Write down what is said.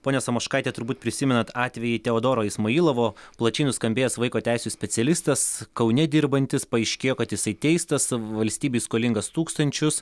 ponia samoškaite turbūt prisimenat atvejį teodoro ismailovo plačiai nuskambėjęs vaiko teisių specialistas kaune dirbantis paaiškėjo kad jisai teistas valstybei skolingas tūkstančius